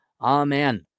Amen